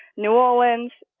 new orleans,